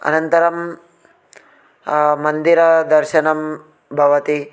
अनन्तरं मन्दिरदर्शनं भवति